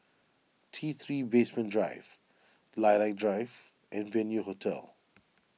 T three Basement Drive Lilac Drive and Venue Hotel